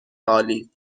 عالی